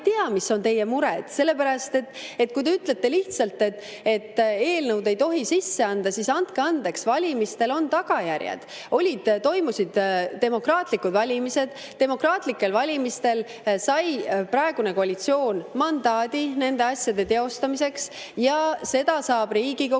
tea, mis on teie mured. Kui te lihtsalt ütlete, et eelnõusid ei tohi sisse anda, siis andke andeks, valimistel on tagajärjed. Toimusid demokraatlikud valimised, demokraatlikel valimistel sai praegune koalitsioon mandaadi nende asjade teostamiseks, ja seda saab Riigikogus